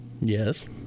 Yes